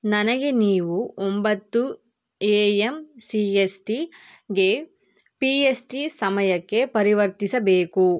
ನನಗೆ ನೀವು ಒಂಬತ್ತು A M C S T ಗೆ ಪಿ ಎಸ್ ಟಿ ಸಮಯಕ್ಕೆ ಪರಿವರ್ತಿಸಬೇಕು